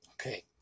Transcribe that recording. okay